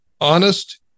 honest